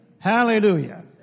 Hallelujah